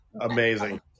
amazing